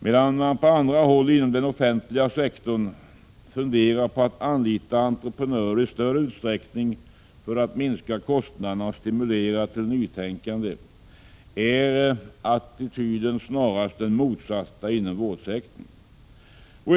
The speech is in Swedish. Medan man på andra håll inom den offentliga sektorn funderar på att anlita entreprenörer i större utsträckning för att minska kostnaderna och stimulera till nytänkande, är attityden den motsatta inom vårdsektorn.